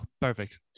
perfect